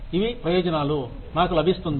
ఇవి ప్రయోజనాలు నాకు లభిస్తుంది